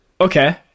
okay